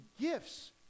gifts